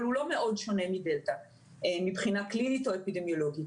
אבל הוא לא מאוד שונה מדלתא מבחינה קלינית או אפידמיולוגית.